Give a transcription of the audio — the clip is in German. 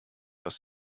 aus